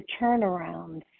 turnarounds